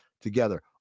together